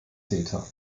täter